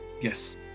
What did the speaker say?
yes